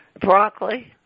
Broccoli